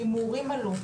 הימורים עלו,